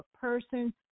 person